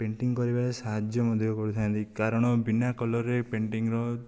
painting କରିବାରେ ସାହାଯ୍ୟ ମଧ୍ୟ କରିଥାନ୍ତି କାରଣ ବିନା କଲରରେ ପେଣ୍ଟିଙ୍ଗର